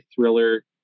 thriller